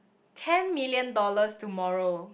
ten million dollars tomorrow